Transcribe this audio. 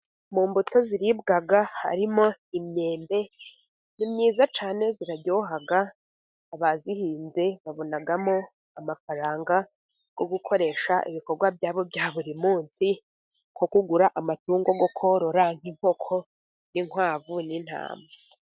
Mu mbuto ziribwa harimo imyembe, ni myiza cyane iraryoha abayihinze babonamo amafaranga yo gukoresha ibikorwa byabo bya buri munsi, nko kugura amatungo yo korora nk'inkoko, n'inkwavu, n'intama.